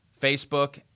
Facebook